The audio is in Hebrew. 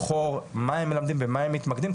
ללמוד מה הם לומדים ובמה הם מתמקדים,